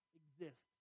exist